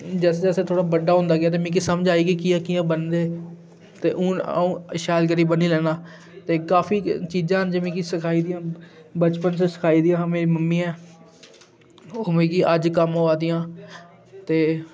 जैसे जैसे थोह्ड़ा बड्डा होंदा गेआ तां मिकी समझ आई कि कि'यां कि'यां बन्नदे न ते हून अ'ऊं शैल करियै बन्नी लैनां ते काफी च चीजां न जे मी सखाई दियां बचपन च सखाई दियां मेरी मम्मी ने ओह् मिकी अज्ज कम्म आवै दियां ते